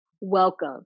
Welcome